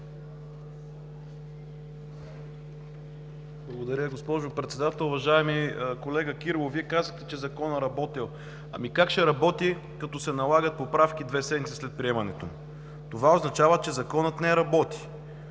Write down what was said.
Благодаря, госпожо Председател. Уважаеми колега Кирилов, казахте, че Законът работел. Как ще работи като се налагат поправки две седмици след приемането му? Това означава, че Законът не работи,